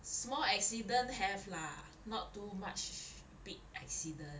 small accident have lah not too much big accident